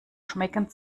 schmecken